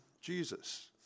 Jesus